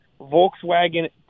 Volkswagen